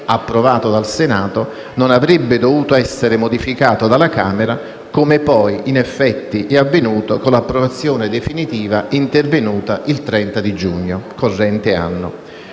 approvato dal Senato, non avrebbe dovuto essere modificato dalla Camera, come poi in effetti è avvenuto, con l'approvazione definitiva intervenuta il 30 giugno del corrente anno.